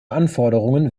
anforderungen